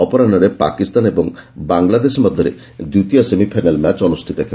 ଅପରାହ୍ବରେ ପାକିସ୍ତାନ ଏବଂ ବାଙ୍ଗଲାଦେଶ ମଧ୍ୟରେ ଦ୍ୱିତୀୟ ସେମିଫାଇନାଲ୍ ମ୍ୟାଚ୍ ଅନୁଷ୍ଠିତ ହେବ